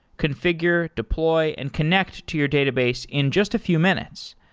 confi gure, deploy and connect to your database in just a few minutes.